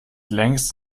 längst